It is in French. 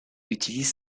utilise